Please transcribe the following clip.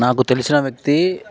నాకు తెలిసిన వ్యక్తి